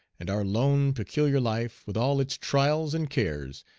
and our lone, peculiar life, with all its trials and cares,